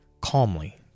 Calmly